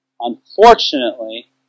Unfortunately